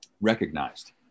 recognized